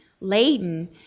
laden